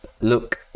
look